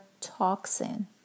toxin